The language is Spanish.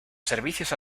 servicios